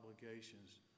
obligations